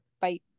Bye